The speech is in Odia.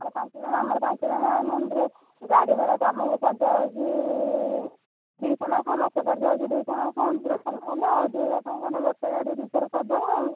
ତମର ପାଞ୍ଚଜଣ ଆମର ପାଞ୍ଚଜଣ ଆମେ ଏମିତିରେ ଗାଡ଼ି ଭଡ଼ା ତମକୁ ପଡ଼ିଯାଉଛି ଦୁଇଶହ ଲେଖାଁ ମୋତେ ପଡ଼ିଯାଉଛି ଦୁଇଶହ ଲେଖାଁ ଏମିତି କାମ ହେଲା ଆଉ ଦୁଇହଜାର ଟଙ୍କା ହେନେ ଗୋଟେ ଗାଡ଼ି ରିଜର୍ଭ କରିଦେବା ଆଉ